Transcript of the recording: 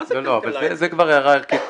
מה זה כלכלה --- זו כבר הערה ערכית.